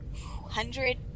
hundred